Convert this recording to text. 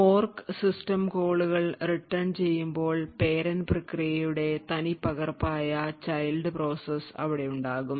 fork system കോളുകൾ return ചെയ്യുമ്പോൾ parent പ്രക്രിയയുടെ തനിപ്പകർപ്പായ ചൈൽഡ് പ്രോസസ്സ് അവിടെ ഉണ്ടാവും